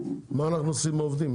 מה אנחנו עושים עם העובדים?